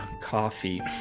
coffee